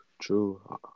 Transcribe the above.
True